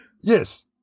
Yes